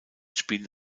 spielen